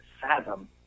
fathom